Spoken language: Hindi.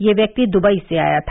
यह व्यक्ति दुबई से आया था